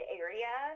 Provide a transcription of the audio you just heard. area